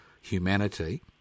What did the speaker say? humanity